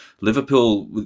Liverpool